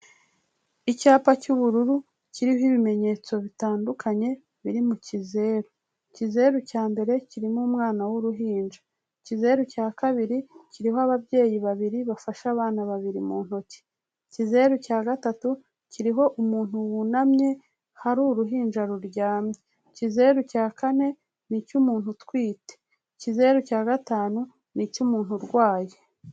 Icyapa cy'ubururu kiriho ibimenyetso bitandukanye biri mu kizeru, ikizeru cya mbere kirimo umwana w'uruhinja, ikizeru cya kabiri kiriho ababyeyi babiri bafashe abana babiri mu ntoki, ikizeru cya gatatu kiriho umuntu wunamye hari uruhinja ruryamye, ikizeru cya kane ni icy'umuntu utwite, ikizeru cya gatanu ni icy'umuntu urwaye.